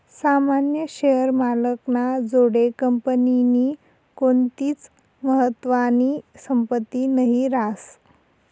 सामान्य शेअर मालक ना जोडे कंपनीनी कोणतीच महत्वानी संपत्ती नही रास